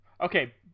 Okay